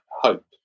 hope